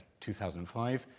2005